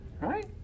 right